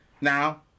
Now